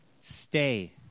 stay